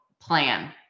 plan